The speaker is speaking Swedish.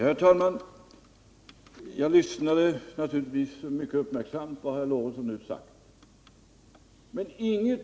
Herr talman! Jag lyssnade naturligtvis mycket uppmärksamt på vad herr Lorentzon nu sade.